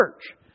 church